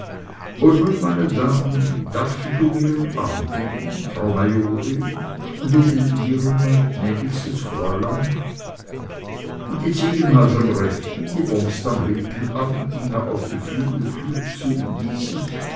und nun meine damen darf ich um ihren arm bitten frau majorin und um den ihren mein gnädigstes fräulein und die ziegenhals am rechten die bomst am linken arm ging er auf die flügeltür zu die sich